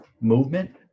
movement